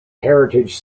heritage